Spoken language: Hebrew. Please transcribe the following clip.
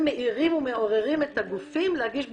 המאכערים מעירים ומעוררים את הגופים להגיש בקשות.